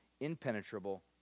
impenetrable